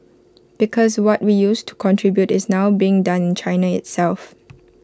because what we used to contribute is now being done China itself